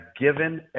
given